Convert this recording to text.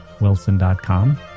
wilson.com